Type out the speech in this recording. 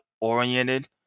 oriented